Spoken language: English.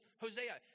Hosea